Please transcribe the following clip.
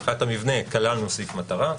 מבחינת המבנה כללנו סעיף מטרה,